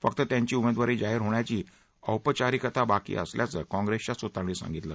फक्त त्यांची उमेदवारी जाहिर होण्याची औपचारिकता बाकी असल्याचे कॉप्रेसच्या सुत्रांनी सांगितले